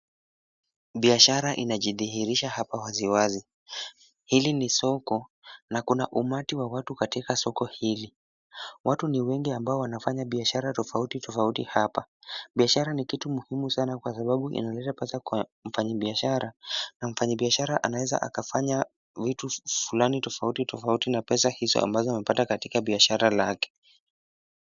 Biashara inajidhirihirisha hapa waziwazi. Hili ni soko na kuna umati wa watu katika soko hili. Watu ni wengi ambao wanafanya biashara tofautitofauti hapa. Biashara ni kitu muhimu kwa sababu inaleta pesa kwa mfanyabiashara na mfanyabiashara anaweza kafanya vitu tofautitofauti na pesa hizi ambazo amepata katika biashara lake.